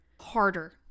harder